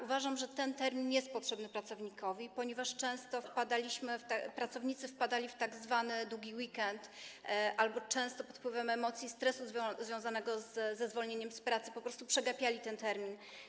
Uważam, że ten termin jest potrzebny pracownikowi, ponieważ często pracownicy wpadali w tzw. długi weekend albo często pod wpływem emocji, stresu związanego ze zwolnieniem z pracy po prostu przegapiali ten termin.